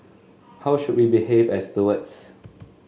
how should we behave as stewards